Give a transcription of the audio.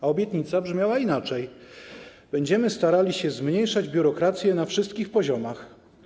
A obietnica brzmiała inaczej: będziemy starali się zmniejszać biurokrację na wszystkich poziomach.